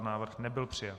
Návrh nebyl přijat.